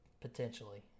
Potentially